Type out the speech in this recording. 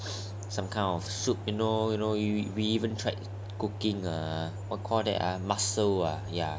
some kind of soup you know you know we even tried cooking err what you call that mussel ah ya